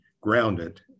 grounded